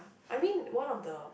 I mean one of the